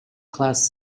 class